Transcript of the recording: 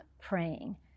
praying